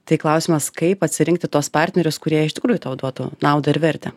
tai klausimas kaip atsirinkti tuos partnerius kurie iš tikrųjų tau duotų naudą ir vertę